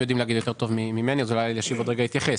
הם יודעים להגיד טוב יותר ממני אז אולי אלישיב בעוד רגע יתייחס.